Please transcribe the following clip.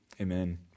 Amen